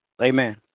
Amen